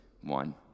one